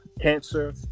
cancer